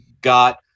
got